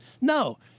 no